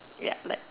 ya like